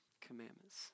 commandments